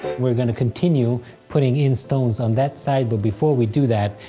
we're gonna continue putting in stones on that side, but before we do that,